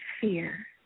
fear